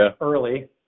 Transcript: early